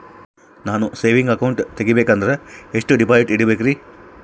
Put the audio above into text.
ನಾನು saving account ತೆಗಿಬೇಕಂದರ ಎಷ್ಟು ಡಿಪಾಸಿಟ್ ಇಡಬೇಕ್ರಿ?